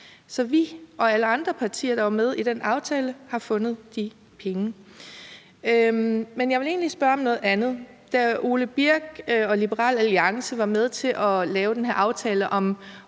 Så vi og alle andre partier, der var med i den aftale, har fundet de penge. Men jeg vil egentlig spørge om noget andet. Da hr. Ole Birk Olesen og Liberal Alliance var med til at lave den her aftale om